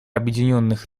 объединенных